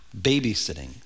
babysitting